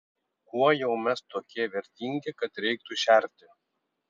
kuo jau mes tokie vertingi kad reiktų šerti